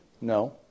No